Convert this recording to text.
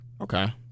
Okay